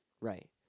Right